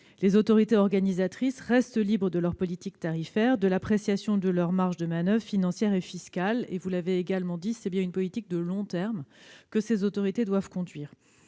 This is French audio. Les autorités organisatrices de la mobilité restent libres de leur politique tarifaire, de l'appréciation de leurs marges de manoeuvre financières et fiscales. Vous l'avez également mentionné, c'est bien une politique de long terme que ces autorités doivent conduire.